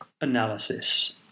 analysis